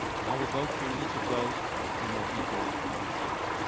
and i will go through each of those in more detail in the coming slides.